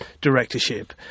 directorship